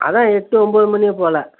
அதுதான் எட்டு ஒம்பது மணி போல்